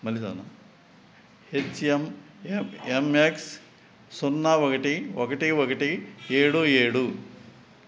H M M X సున్నా ఒకటి ఒకటి ఒకటి ఏడు ఏడు